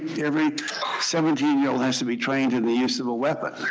every seventeen year old has to be trained in the use of a weapon.